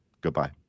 Goodbye